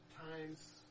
times